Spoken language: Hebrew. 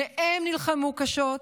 שניהם נלחמו קשות,